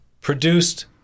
produced